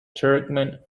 turkmen